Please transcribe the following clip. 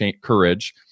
Courage